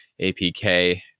APK